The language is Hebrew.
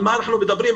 על מה אנחנו מדברים?